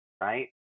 right